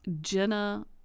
Jenna